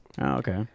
okay